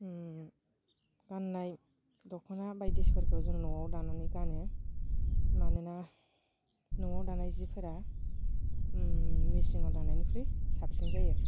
गाननाय दखना बायदिफोरखौ जों न'आव दानानै गानो मानोना न'आव दानाय सिफोरा मेसिनाव दानायनिख्रुइ साबसिन जायो